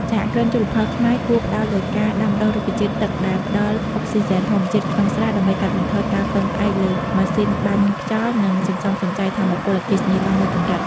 សហគ្រិនជលផលខ្មែរគួរផ្តោតលើការដាំដុះរុក្ខជាតិទឹកដែលផ្ដល់អុកស៊ីហ្សែនធម្មជាតិក្នុងស្រះ ដើម្បីកាត់បន្ថយការពឹងផ្អែកលើម៉ាស៊ីនបាញ់ខ្យល់ និងសន្សំសំចៃថាមពលអគ្គិសនីបានមួយកម្រិត។